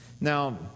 Now